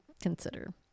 consider